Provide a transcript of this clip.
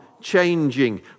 changing